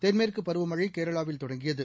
தென்மேற்குபருவமழைகேரளாவில் தொடங்கியது